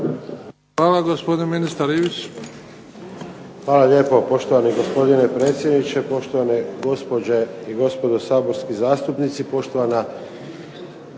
Ivić. **Ivić, Tomislav (HDZ)** Hvala lijepo. Poštovani gospodine predsjedniče, poštovane gospođe i gospodo saborski zastupnici, poštovana